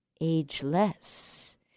ageless